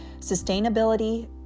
Sustainability